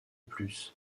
plus